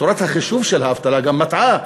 צורת החישוב של האבטלה גם מטעה.